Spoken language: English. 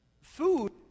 food